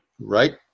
right